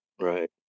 right